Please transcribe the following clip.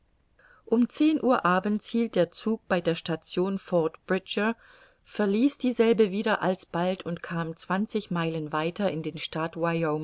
um zehn uhr abends hielt der zug bei der station fort bridger verließ dieselbe wieder alsbald und kam zwanzig meilen weiter in den